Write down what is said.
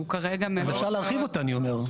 שהוא כרגע --- אז אפשר להרחיב אותה אני אומר,